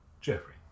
Jeffrey